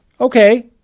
Okay